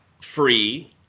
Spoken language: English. free